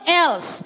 else